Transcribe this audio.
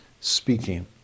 speaking